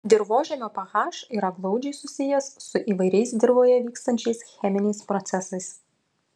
dirvožemio ph yra glaudžiai susijęs su įvairiais dirvoje vykstančiais cheminiais procesais